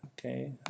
Okay